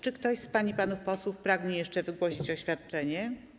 Czy ktoś z pań i panów posłów pragnie jeszcze wygłosić oświadczanie?